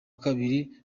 kabiri